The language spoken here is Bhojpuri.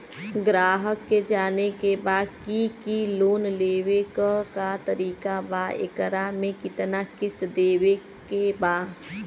ग्राहक के जाने के बा की की लोन लेवे क का तरीका बा एकरा में कितना किस्त देवे के बा?